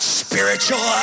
spiritual